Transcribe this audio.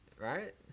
Right